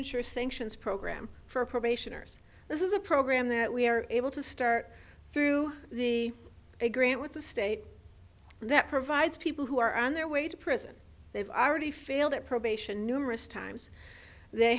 and sure sanctions program for probationers this is a program that we are able to start through the agreement with the state that provides people who are on their way to prison they've already failed at probation numerous times they